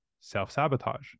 Self-sabotage